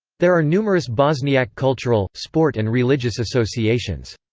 there are numerous bosniak cultural, sport and religious associations.